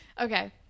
Okay